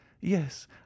yes